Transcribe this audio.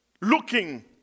looking